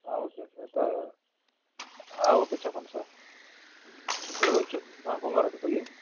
okay sir okay చెప్పండి sir చిత్తూ చిత్తూర్ కొంగారెడ్డి పల్లి